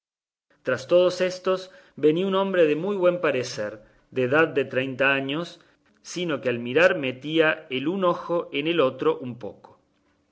tras todos éstos venía un hombre de muy buen parecer de edad de treinta años sino que al mirar metía el un ojo en el otro un poco